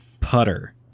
Putter